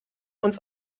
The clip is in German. uns